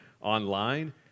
online